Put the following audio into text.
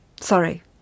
Sorry